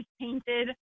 painted